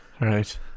Right